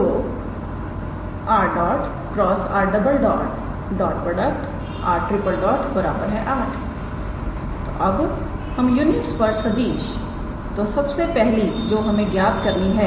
तो मुझे इसे यहां पर सही लिख लेने दीजिए यह 𝑟̇ × 𝑟̈ 𝑟⃛ है तो बाकी की सभी चीजें बिल्कुल वैसी ही है